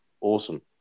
Awesome